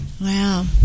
wow